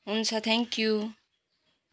हुन्छ थ्याङ्क्यु